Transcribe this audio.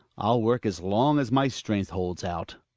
i'll work as long as my strength holds out